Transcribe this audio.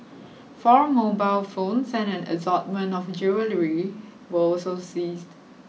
four mobile phones and an assortment of jewellery were also seized